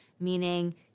meaning